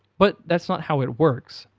but that's not how it works.